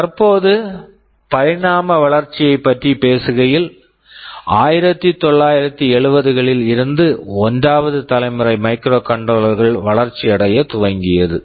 தற்போது பரிணாம வளர்ச்சியைப் பற்றி பேசுகையில் 1970 களில் இருந்து 1வது தலைமுறை மைக்ரோகண்ட்ரோலர் microcontroller கள் வளர்ச்சி அடையத் துவங்கியது